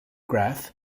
graph